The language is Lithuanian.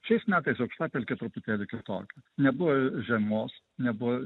šiais metais aukštapelkė truputėlį kitokia nebuvo žiemos nebuvo